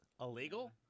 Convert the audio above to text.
Illegal